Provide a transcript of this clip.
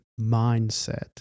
mindset